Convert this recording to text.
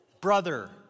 Brother